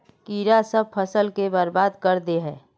कीड़ा सब फ़सल के बर्बाद कर दे है?